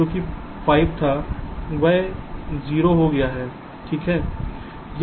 तो जो कि 5 यहां था अब यह 0 हो गया है ठीक है